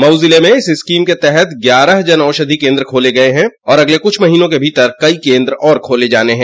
मऊ ज़िले में इस स्कीम के तहत ग्यारह जन औषधि केन्द्र खोले गये हैं और अगले कुछ महीनों के भीतर कई केन्द्र और खोले जाने हैं